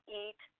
eat